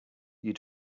you